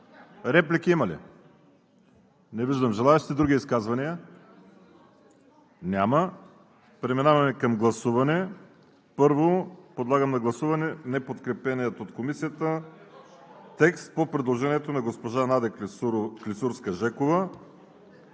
Реплики има ли? Не виждам желаещи. Други изказвания? Няма. Преминаваме към гласуване. Първо подлагам на гласуване неподкрепения от Комисията текст на предложението на госпожа Надя Клисурска